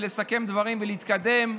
לסכם דברים ולהתקדם,